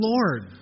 Lord